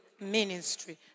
ministry